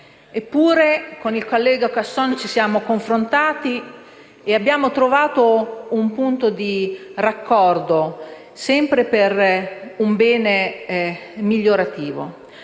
Eppure, con il collega Casson ci siamo confrontati e abbiamo trovato un punto di raccordo, sempre per un fine migliorativo.